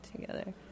together